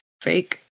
fake